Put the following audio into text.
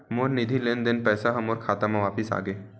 मोर निधि लेन देन के पैसा हा मोर खाता मा वापिस आ गे